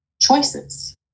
choices